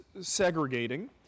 segregating